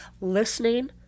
listening